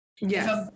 Yes